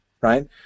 right